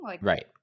Right